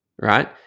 Right